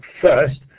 first